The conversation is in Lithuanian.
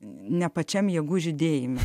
ne pačiam jėgų žydėjime